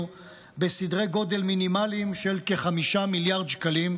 בסדרי גודל מינימליים של כ-5 מיליארד שקלים,